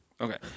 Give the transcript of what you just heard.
Okay